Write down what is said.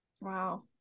wow